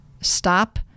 stop